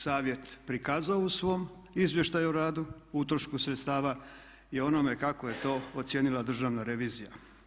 Savjet prikazao u svom Izvještaju o radu o utrošku sredstava i onome kako je to ocijenila Državna revizija.